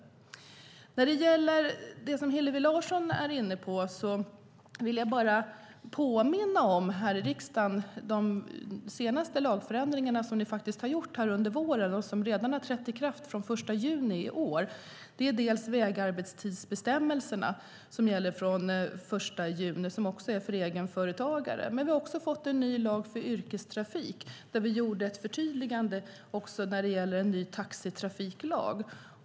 När det gäller det som Hillevi Larsson är inne på vill jag bara påminna om de senaste lagförändringarna som ni här i riksdagen har genomfört under våren och som redan har trätt i kraft från den 1 juni i år. Det gäller bland annat vägarbetstidsbestämmelserna som gäller från den 1 juni och som också gäller egenföretagare. Men vi har också fått en ny lag för yrkestrafik där vi gjorde ett förtydligande i fråga om en ny taxitrafiklag.